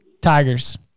Tigers